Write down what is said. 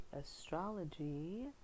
astrology